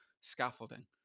scaffolding